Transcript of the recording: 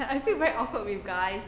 I feel very awkward with guys